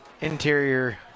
interior